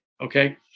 Okay